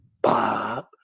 Bob